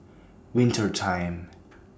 Winter Time